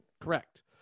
Correct